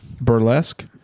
Burlesque